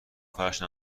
فرش